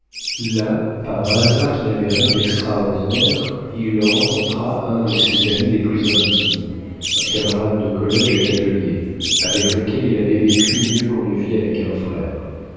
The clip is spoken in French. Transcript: là par un hasard qui n'avait rien d'extraordinaire il rencontra un de ses amis les plus intimes un camarade de collége et d'atelier avec lequel il avait vécu mieux qu'on ne vit avec un frère